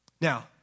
Now